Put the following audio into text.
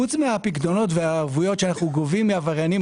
חוץ מהפיקדונות ומהערבויות שאנו גובים מהעבריינים,